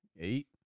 Eight